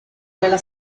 nella